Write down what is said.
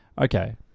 Okay